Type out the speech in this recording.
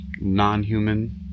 non-human